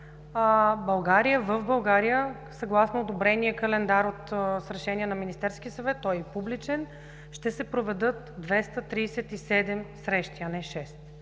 в България, съгласно одобрения календар с решение на Министерския съвет, той е и публичен, ще се проведат 237 срещи, а не 6.